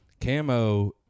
Camo